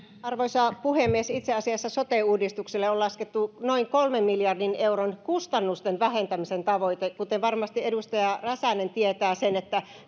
arvoisa puhemies itse asiassa sote uudistukselle on laskettu noin kolmen miljardin euron kustannusten vähentämisen tavoite kuten varmasti edustaja räsänen tietää